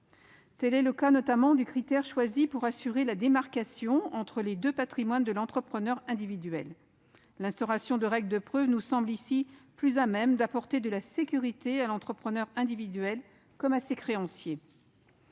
Tel est le cas, notamment, du critère choisi pour assurer la démarcation entre les deux patrimoines de l'entrepreneur individuel : l'instauration de règles de preuve nous semble ici plus à même d'apporter de la sécurité à l'entrepreneur individuel comme à ses créanciers.